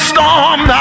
storm